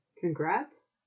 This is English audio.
Congrats